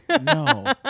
no